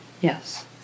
Yes